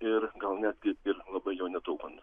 ir gal netgi ir labai jo netaupant